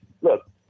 look